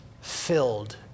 filled